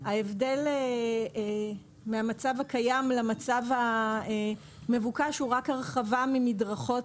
ההבדל מהמצב הקיים למצב המבוקש הוא רק הרחבה ממדרכות